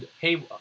hey